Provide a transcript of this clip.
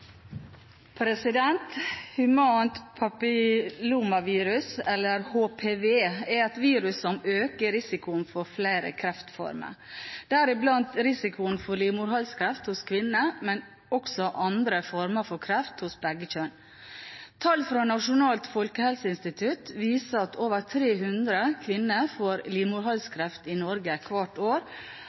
vedtatt. Humant papillomavirus, eller HPV, er et virus som øker risikoen for flere kreftformer, deriblant risikoen for livmorhalskreft hos kvinner, men også andre former for kreft hos begge kjønn. Tall fra Nasjonalt folkehelseinstitutt viser at over 300 kvinner får livmorhalskreft i Norge hvert år,